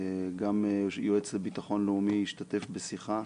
גם היועץ לביטחון לאומי השתתף בשיחה.